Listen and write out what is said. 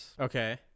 Okay